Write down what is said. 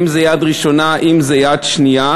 אם זה יד ראשונה, אם זה יד שנייה,